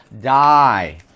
die